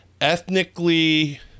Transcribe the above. ethnically